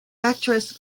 actress